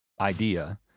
idea